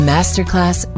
Masterclass